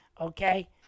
Okay